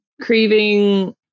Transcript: craving